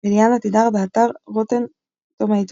אליאנה תדהר, באתר Rotten Tomatoes